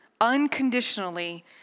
unconditionally